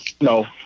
no